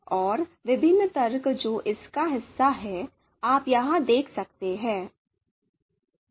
और विभिन्न तर्क जो इसका हिस्सा हैं आप यहां देख सकते हैं